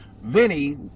Vinny